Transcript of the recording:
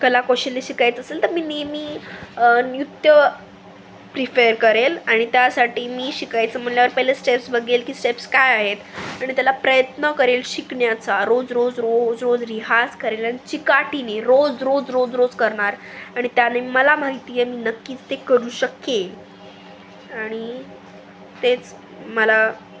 कला कौशल्य शिकायचं असेल तर मी नेहमी नृत्य प्रिफेअर करेल आणि त्यासाठी मी शिकायचं म्हटल्यावर पहिले स्टेप्स बघेल की स्टेप्स काय आहेत आणि त्याला प्रयत्न करेल शिकण्याचा रोज रोज रोज रोज रियाज करेल आणि चिकाटीने रोज रोज रोज रोज करणार आणि त्याने मला माहिती आहे मी नक्कीच ते करू शके आणि तेच मला